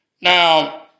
Now